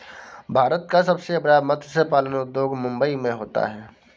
भारत का सबसे बड़ा मत्स्य पालन उद्योग मुंबई मैं होता है